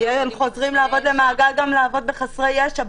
הם חוזרים לעבוד גם עם חסרי ישע,